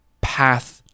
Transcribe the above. path